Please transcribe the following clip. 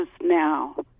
now